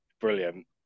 Brilliant